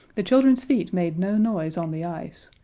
the children's feet made no noise on the ice,